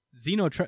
Zeno